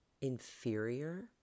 inferior